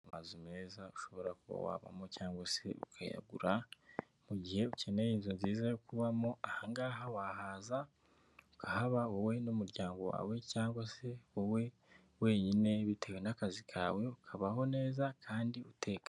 Amazu meza ushobora kuba wabamo cyangwa ukayagura. Mu gihe ukeneye inzu nziza yo kubamo, ahangaha wahaza ukahaba wowe n'umuryango wawe, cyangwa se wowe wenyine bitewe n'akazi kawe, ukabaho neza kandi utekanye.